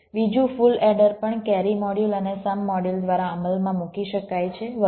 બીજુ full adder પણ carry module અને સમ મોડ્યુલ દ્વારા અમલમાં મૂકી શકાય છે વગેરે